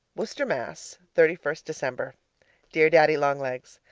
worcester, mass, thirty first december dear daddy-long-legs,